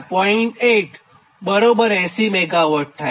8 80 MW થાય